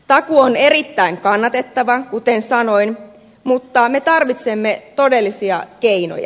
takuu on erittäin kannatettava kuten sanoin mutta me tarvitsemme todellisia keinoja